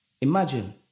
Imagine